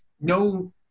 no